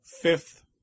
fifth